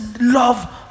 Love